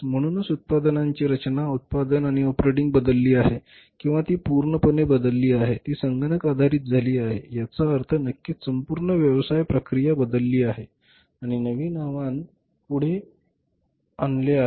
म्हणून उत्पादनांची रचना उत्पादन आणि ऑपरेटिंग बदलली आहे किंवा ती पूर्णपणे बदलली आहे ती संगणक आधारित झाली आहेत याचा अर्थ नक्कीच संपूर्ण व्यवसाय प्रक्रिया बदलली आहे आणि नवीन आव्हान पुढे आणले आहे